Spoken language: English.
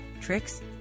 tricks